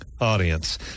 audience